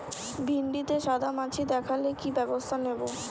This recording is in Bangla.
ভিন্ডিতে সাদা মাছি দেখালে কি ব্যবস্থা নেবো?